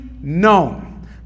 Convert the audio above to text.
known